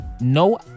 no